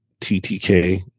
TTK